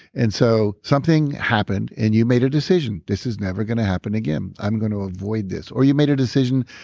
and so, something happened and you made a decision, this is never going to happen again. i'm going to avoid this. or you made a decision,